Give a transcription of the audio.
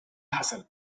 حصل